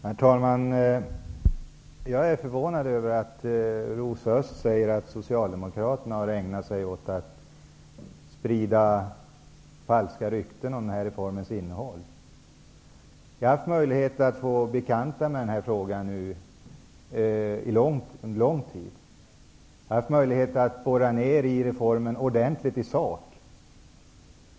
Herr talman! Jag är förvånad över att Rosa Östh säger att Socialdemokraterna har ägnat sig åt att sprida falska rykten om reformens innehåll. Jag har haft möjlighet att bekanta mig med frågan under en lång tid. Jag har haft möjlighet att borra ner i reformen ordentligt i sak.